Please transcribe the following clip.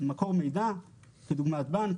מקור מידע כדוגמת בנק,